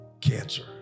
Cancer